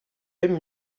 aimes